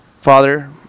Father